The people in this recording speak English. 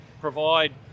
provide